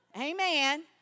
Amen